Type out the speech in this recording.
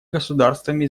государствами